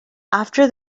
after